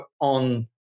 on